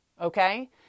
Okay